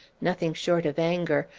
nothing short of anger,